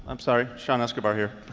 um sorry. sean escobar here.